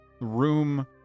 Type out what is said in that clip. room